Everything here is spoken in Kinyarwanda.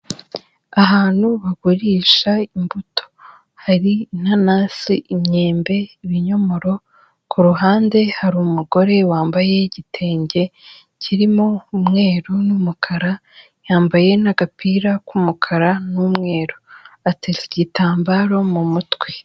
Ahantu bagurisha imbuto hari inanasi, imyembe, ibinyomoro, ku ruhande hari umugore wambaye igitenge kirimo umweru n'umukara, yambaye n'agapira k'umukara n'umweru ateze igitambaro mu mutwe.